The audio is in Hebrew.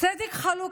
צדק חלוקתי